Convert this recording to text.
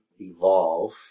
evolve